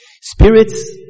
Spirits